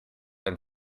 and